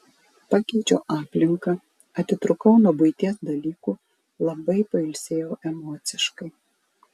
pakeičiau aplinką atitrūkau nuo buities dalykų labai pailsėjau emociškai